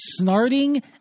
snarting